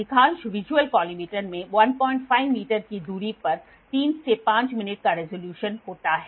अधिकांश visual collimator में 15 metre की दूरी पर 3 से 5 मिनट का रिज़ॉल्यूशन होता है